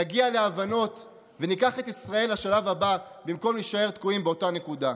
נגיע להבנות וניקח את ישראל לשלב הבא במקום להישאר תקועים באותה נקודה.